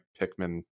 Pikmin